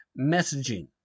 Messaging